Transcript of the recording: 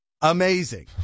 amazing